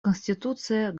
конституция